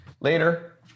later